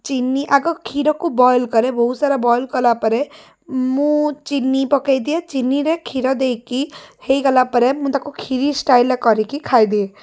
ଚିନି ଆଗ କ୍ଷୀରକୁ ବଏଲ କରେ ବହୁତ ସାରା ବଏଲ କଲାପରେ ମୁଁ ଚିନି ପକେଇଦିଏ ଚିନିରେ କ୍ଷୀର ଦେଇକି ହେଇଗଲାପରେ ମୁଁ ତାକୁ କ୍ଷୀରି ଷ୍ଟାଇଲ୍ରେ କରିକି ଖାଇଦିଏ